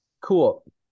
cool